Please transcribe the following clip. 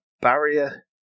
barrier